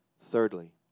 Thirdly